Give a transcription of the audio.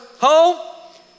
home